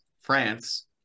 France